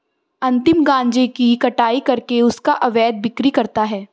अमित गांजे की कटाई करके उसका अवैध बिक्री करता है